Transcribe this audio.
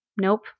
Nope